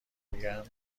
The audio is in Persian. میگن